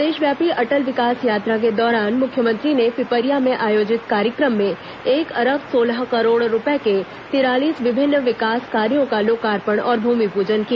प्रदेशव्यापी अटल विकास यात्रा के दौरान मुख्यमंत्री ने पिपरिया में आयोजित कार्यक्रम में एक अरब सोलह करोड़ रूपये के तिरालीस विभिन्न विकास कार्यों का लोकार्पण और भूमिपूजन किया